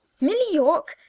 milly york?